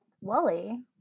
Wally